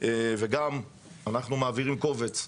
וגם אנחנו מעבירים קובץ.